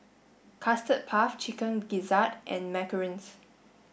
custard puff chicken gizzard and Macarons